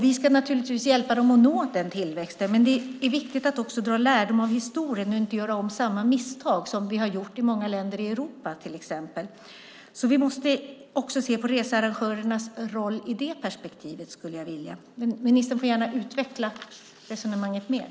Vi ska naturligtvis hjälpa dem att nå den tillväxten, men det är viktigt att också dra lärdom av historien och inte göra om samma misstag som vi har gjort i många länder i Europa till exempel. Vi måste också se på researrangörernas roll i det perspektivet. Ministern får gärna utveckla resonemanget mer.